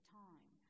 time